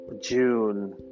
June